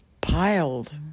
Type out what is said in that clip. piled